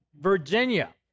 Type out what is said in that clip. Virginia